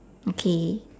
okay